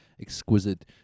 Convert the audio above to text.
exquisite